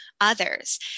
others